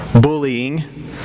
bullying